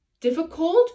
difficult